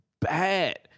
bad